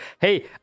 hey